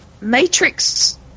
Matrix